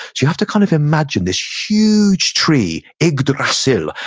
you have to kind of imagine this huge tree, yggdrasil,